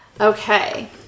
Okay